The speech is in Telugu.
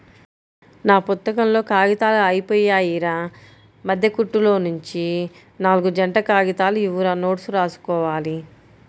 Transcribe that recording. నా పుత్తకంలో కాగితాలు అయ్యిపొయ్యాయిరా, మద్దె కుట్టులోనుంచి నాల్గు జంట కాగితాలు ఇవ్వురా నోట్సు రాసుకోవాలి